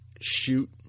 shoot